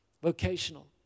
vocational